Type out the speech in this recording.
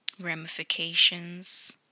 ramifications